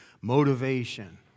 Motivation